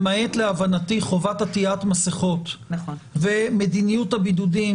למעט להבנתי חובת עטית מסכות ומדיניות הבידודים,